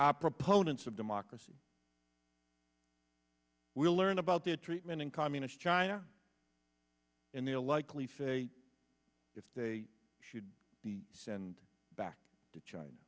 i proponents of democracy will learn about their treatment in communist china and they'll likely face if they should be sent back to china